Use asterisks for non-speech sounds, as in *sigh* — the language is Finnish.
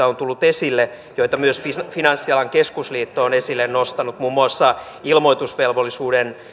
*unintelligible* on tullut esille kriittisiä huomioita joita myös finanssialan keskusliitto on esille nostanut muun muassa ilmoitusvelvollisuuden